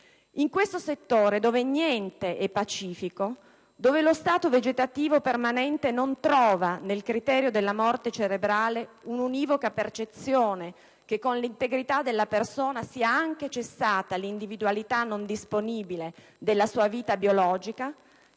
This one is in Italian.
In questo settore, dove niente è pacifico, dove lo stato vegetativo permanente non trova nel criterio della morte cerebrale un'univoca percezione che con l'integrità della persona sia anche cessata l'individualità non disponibile della sua vita biologica,